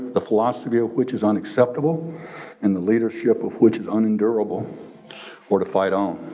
the philosophy of which is unacceptable and the leadership of which is unendurable or to fight on.